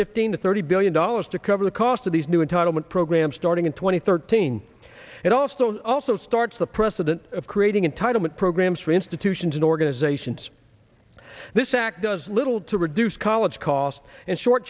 fifteen to thirty billion dollars to cover the cost of these new entitlement programs starting in two thousand and thirteen and also also starts the precedent of creating entitlement programs for institutions and organizations this act does little to reduce college costs and short